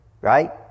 Right